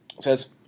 says